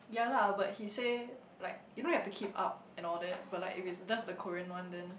yea lah but he say like you don't have to keep up and all that but like if it's just a Korean one then